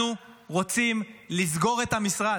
אנחנו רוצים לסגור את המשרד,